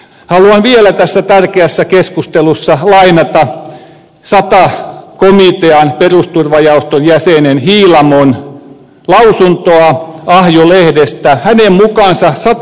haluan vielä tässä tärkeässä keskustelussa hull sai vihjeen perusturvajohtaja nieminen lainata sata komitean perusturvajaoston jäsenen hiilamon lausuntoa ahjo lehdestä